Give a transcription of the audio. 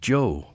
Joe